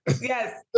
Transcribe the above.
Yes